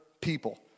people